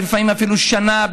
ולפעמים אפילו שנה,